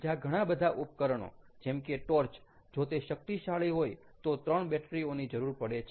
બીજા ઘણા બધા ઉપકરણો જેમ કે ટોર્ચ જો તે શક્તિશાળી હોય તો ત્રણ બેટરી ઓની જરૂર પડે છે